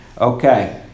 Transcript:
okay